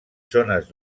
zones